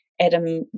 Adam